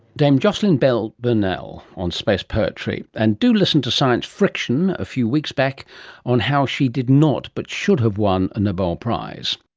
dame jocelyn bell burnell on space poetry, and do listen to science friction a few weeks back on how she did not but should have won a nobel prize